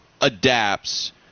adapts